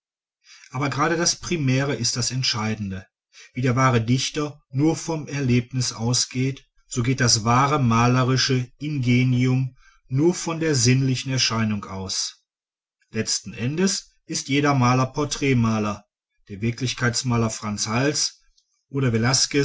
aber gerade das primäre ist das entscheidende wie der wahre dichter nur vom erlebnis ausgeht so geht das wahre malerische ingenium nur von der sinnlichen erscheinung aus letzten endes ist jeder maler porträtmaler der wirklichkeitsmaler franz hals oder